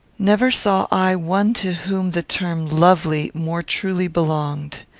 never saw i one to whom the term lovely more truly belonged.